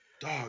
Dog